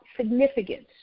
significance